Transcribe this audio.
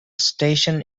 station